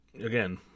again